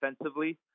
offensively